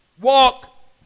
walk